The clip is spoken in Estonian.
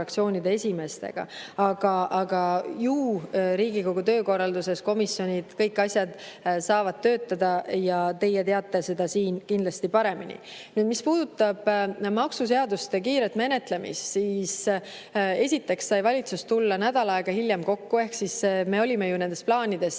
esimeestega. Aga ju Riigikogu töökorralduses komisjonid, kõik asjad, saavad töötada, ja teie siin teate seda kindlasti paremini. Mis puudutab maksuseaduste kiiret menetlemist, siis esiteks sai valitsus tulla nädal aega hiljem kokku. Ehk me olime nendest plaanidest